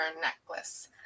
necklace